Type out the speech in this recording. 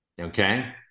Okay